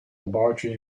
laboratory